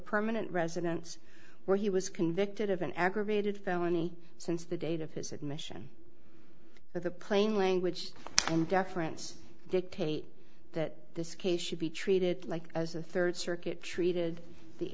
permanent residence where he was convicted of an aggravated felony since the date of his admission of the plain language in deference dictate that this case should be treated like as a third circuit treated the